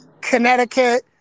connecticut